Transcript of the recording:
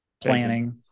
planning